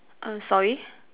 err sorry